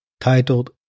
titled